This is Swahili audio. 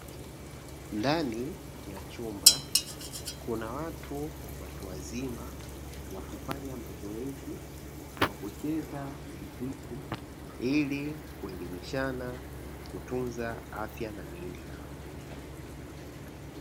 Ndani ya chumba kuna watu, watu wazima wakifanya mazoezi kwa kucheza mziki ili kuelimishana kutunza afya na miili yao.